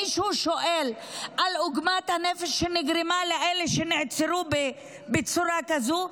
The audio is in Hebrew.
מישהו שואל על עוגמת הנפש שנגרמה לאלה שנעצרו בצורה כזו?